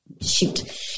shoot